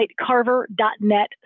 carver.net